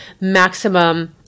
Maximum